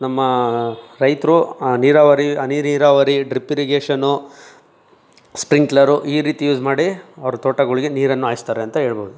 ನಮ್ಮ ರೈತರು ನೀರಾವರಿ ಹನಿ ನೀರಾವರಿ ಡ್ರಿಪ್ ಇರಿಗೇಷನ್ನು ಸ್ಪ್ರಿಂಕ್ಲರು ಈ ರೀತಿ ಯೂಸ್ ಮಾಡಿ ಅವ್ರ ತೋಟಗಳಿಗೆ ನೀರನ್ನು ಹಾಯ್ಸ್ತಾರೆ ಅಂತ ಹೇಳ್ಬೋದು